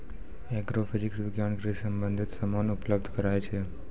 agrophysics विज्ञान कृषि संबंधित समान उपलब्ध कराय छै